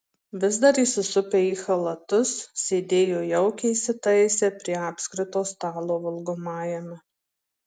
vis dar įsisupę į chalatus sėdėjo jaukiai įsitaisę prie apskrito stalo valgomajame